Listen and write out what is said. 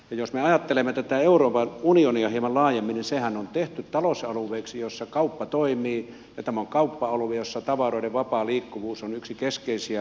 jos me ajattelemme tätä euroopan unionia hieman laajemmin niin sehän on tehty talousalueeksi jolla kauppa toimii ja tämä on kauppa alue jolla tavaroiden vapaa liikkuvuus on yksi keskeisiä periaatteita